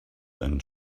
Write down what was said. and